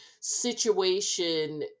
situation